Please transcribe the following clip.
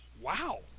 Wow